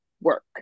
work